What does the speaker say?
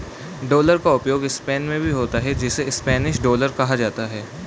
dollar का प्रयोग Spain में भी होता है जिसे स्पेनिश डॉलर कहा जाता है